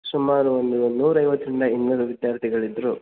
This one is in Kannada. ಸುಮಾರು ಒಂದು ನೂರೈವತ್ತರಿಂದ ಇನ್ನೂರು ವಿದ್ಯಾರ್ಥಿಗಳಿದ್ದರು